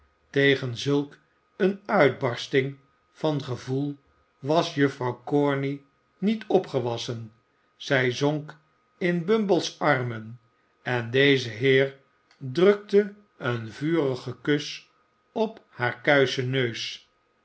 tegen zulk een uitbarsting van gevoel was juffrouw corney niet opgewassen zij zonk in bumble's armen en deze heer drukte een vurigen kus op haar kuischen neus